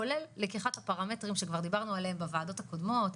כולל לקיחת הפרמטרים שכבר דיברנו עליהם בוועדות הקודמות,